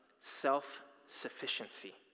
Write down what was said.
self-sufficiency